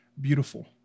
beautiful